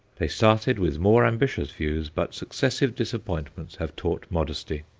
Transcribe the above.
they started with more ambitious views, but successive disappointments have taught modesty,